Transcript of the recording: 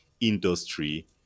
industry